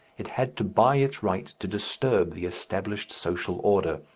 it had to buy its right to disturb the established social order.